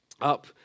up